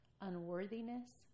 unworthiness